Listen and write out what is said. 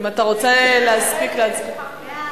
אם אתה רוצה להספיק להצביע.